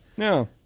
No